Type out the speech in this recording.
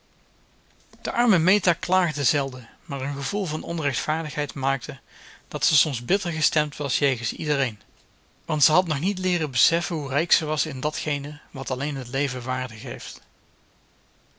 de arme meta klaagde zelden maar een gevoel van onrechtvaardigheid maakte dat ze soms bitter gestemd was jegens iedereen want ze had nog niet leeren beseffen hoe rijk ze was in datgene wat alleen het leven waarde geeft